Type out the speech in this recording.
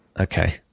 Okay